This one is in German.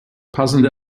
passende